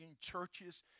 churches